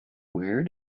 where